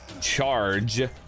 charge